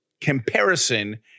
comparison